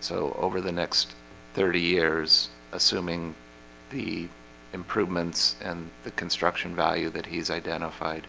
so over the next thirty years assuming the improvements and the construction value that he's identified